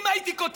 חברותא.